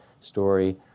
story